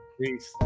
Peace